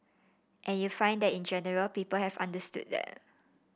and you find that in general people have understood that